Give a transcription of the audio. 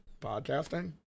podcasting